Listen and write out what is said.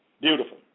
Beautiful